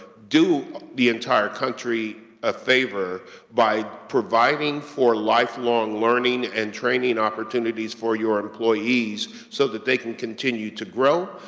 do the entire country a favor by providing for lifelong learning and training opportunities for your employees. so that they can continue to grow,